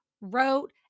wrote